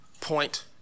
point